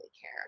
care